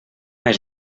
els